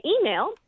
email